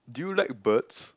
do you like birds